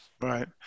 right